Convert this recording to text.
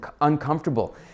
uncomfortable